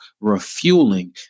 refueling